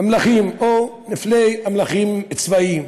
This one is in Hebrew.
אמל"ח או נפלי אמל"ח צבאיים.